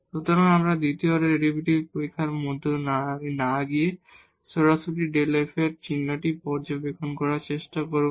সুতরাং আমরা দ্বিতীয় অর্ডার ডেরিভেটিভ পরীক্ষার মধ্য দিয়ে না গিয়ে সরাসরি এই Δ f এর চিহ্নটি পর্যবেক্ষণ করার চেষ্টা করব